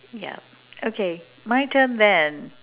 ya okay mine turn then